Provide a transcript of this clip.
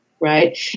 right